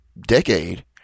decade